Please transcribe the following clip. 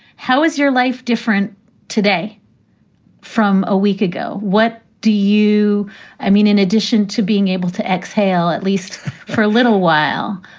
how is your life different today from a week ago? what do you i mean, in addition to being able to exhale, at least for a little while?